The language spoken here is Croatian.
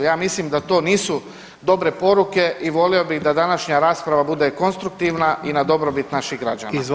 Ja mislim da to nisu dobre poruke i volio bih da današnja rasprava bude konstruktivna i na dobrobit naših građana.